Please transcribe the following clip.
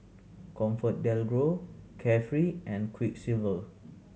ComfortDelGro Carefree and Quiksilver